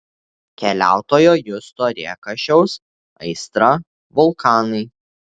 keliautojo justo rėkašiaus aistra vulkanai